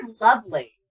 lovely